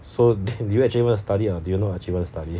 so do you actually want to study or do you not actually want to study